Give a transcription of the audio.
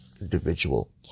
individual